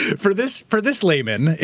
for this for this layman,